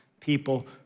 people